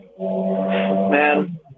Man